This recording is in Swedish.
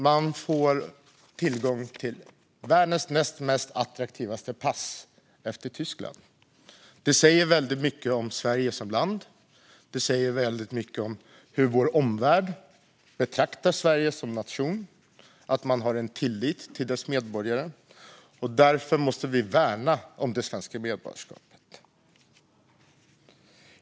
Man får tillgång till världens näst mest attraktiva pass, efter ett tyskt pass. Det säger väldigt mycket om Sverige som land. Det säger väldigt mycket om hur vår omvärld betraktar Sverige som nation och om att omvärlden har tillit till Sveriges medborgare. Därför måste vi värna om det svenska medborgarskapet.